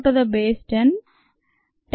303kd 10 2